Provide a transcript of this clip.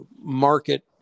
market